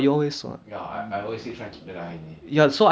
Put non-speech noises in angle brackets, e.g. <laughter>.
<noise> okay lor okay lor okay lor